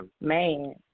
man